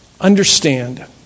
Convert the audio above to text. Understand